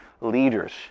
leaders